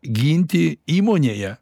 ginti įmonėje